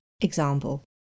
Example